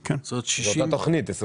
כל מה שמתחיל ב-"12"